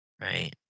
Right